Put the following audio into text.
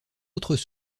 autres